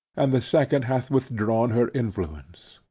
and the second hath withdrawn her influence.